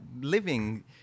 living